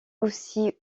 aussi